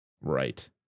Right